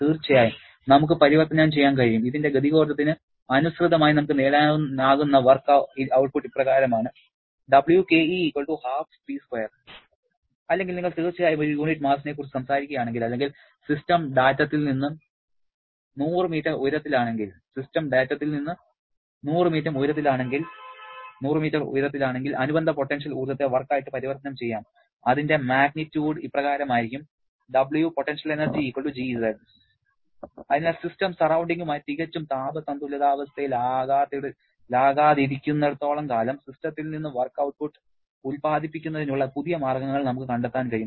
തീർച്ചയായും നമുക്ക് പരിവർത്തനം ചെയ്യാൻ കഴിയും ഇതിന്റെ ഗതികോർജ്ജത്തിന് അനുസൃതമായി നമുക്ക് നേടാനാകുന്ന വർക്ക് ഔട്ട്പുട്ട് ഇപ്രകാരമാണ് അല്ലെങ്കിൽ നിങ്ങൾ തീർച്ചയായും ഒരു യൂണിറ്റ് മാസ്സിനെ കുറിച്ച് സംസാരിക്കുകയാണെങ്കിൽ അല്ലെങ്കിൽ സിസ്റ്റം ഡാറ്റത്തിൽ നിന്ന് 100 മീറ്റർ ഉയരത്തിലാണെങ്കിൽ അനുബന്ധ പൊട്ടൻഷ്യൽ ഊർജ്ജത്തെ വർക്കായിട്ട് പരിവർത്തനം ചെയ്യാം അതിന്റെ മാഗ്നിറ്യൂഡ് ഇപ്രകാരമായിരിക്കും അതിനാൽ സിസ്റ്റം സറൌണ്ടിങ്ങുമായി തികച്ചും താപ സന്തുലിതാവസ്ഥയിലാകാത്തിരിക്കുന്നിടത്തോളം കാലം സിസ്റ്റത്തിൽ നിന്ന് വർക്ക് ഔട്ട്പുട്ട് ഉത്പാദിപ്പിക്കുന്നതിനുള്ള പുതിയ മാർഗ്ഗങ്ങൾ നമുക്ക് കണ്ടെത്താൻ കഴിയും